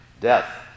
death